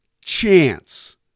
chance